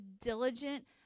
diligent